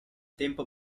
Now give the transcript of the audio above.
tempo